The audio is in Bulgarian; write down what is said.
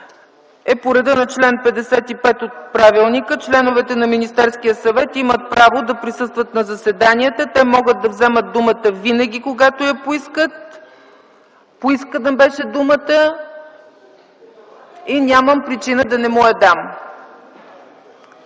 е по реда на чл. 55 от правилника – членовете на Министерския съвет имат право да присъстват на заседанията. Те могат да взимат думата винаги, когато я поискат. Думата беше поискана и нямам причина да не му я дам.